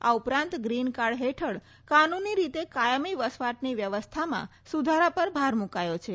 આ ઉપરાંત green card હેઠળ કાનૂની રીતે કાયમી વસવાટની વ્યવસ્થામાં સુધારા પર ભાર મૂકાયો છે